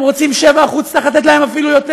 הם רוצים 7% צריך לתת להם אפילו יותר.